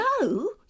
no